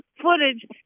footage